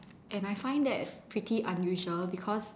and I find that pretty unusual because